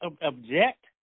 object